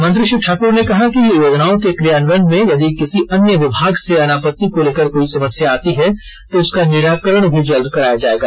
मंत्री श्री ठाकर ने कहा है कि योजनाओं के क्रियान्वयन में यदि किसी अन्य विभाग से अनापत्ति को लेकर कोई समस्या आती है तो उसका निराकरण भी जल्द कराया जाएगा